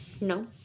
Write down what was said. No